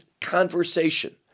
conversation